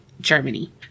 Germany